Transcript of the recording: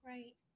Right